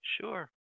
Sure